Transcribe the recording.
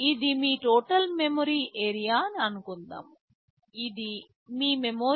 ఇది మీ total memory area అనుకుందాం ఇది మీ మెమరీ